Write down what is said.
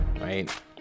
right